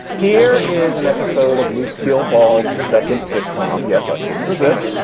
here is an episode of loose hill balls. second sitcom. yes. i couldn't resist.